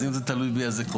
אז אם זה תלוי בי זה קורה.